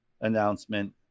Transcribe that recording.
announcement